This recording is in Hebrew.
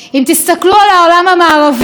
אם תסתכלו על העולם המערבי,